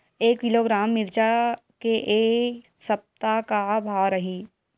एक किलोग्राम मिरचा के ए सप्ता का भाव रहि?